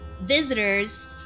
visitors